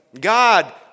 god